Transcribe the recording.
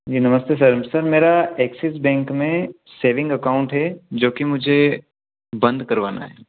जी नमस्ते sir sir मेरा Axis bank में सेविंग अकाउंट है जो कि मुझे बंद करवाना है